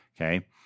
okay